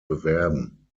bewerben